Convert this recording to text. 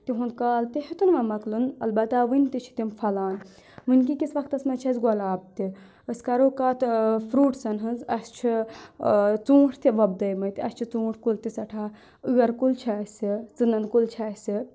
تِہُنٛد کال تہِ ہیٚوتُن وۄنۍ مۄکلُن البتہ وُنہِ تہِ چھِ تِم پھلان وٕنکیٚن کِس وقتَس منٛز چھِ اَسہِ گۄلاب تہِ أسۍ کَرو کَتھ فروٗٹسَن ہٕنٛز اَسہِ چھُ ژوٗنٛٹھۍ تہِ وۄپدٲیمٕتۍ اَسہِ چھِ ژوٗنٛٹھۍ کُل تہِ سؠٹھاہ ٲر کُلۍ چھِ اَسہِ ژٕنَن کُل چھِ اَسہِ